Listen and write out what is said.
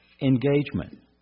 engagement